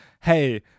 hey